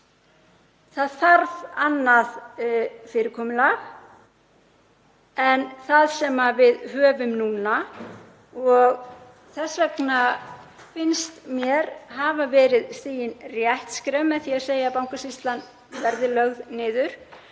það þarf annað fyrirkomulag en það sem við höfum núna og þess vegna finnst mér hafa verið stigin rétt skref með því að segja að Bankasýslan verði lögð niður.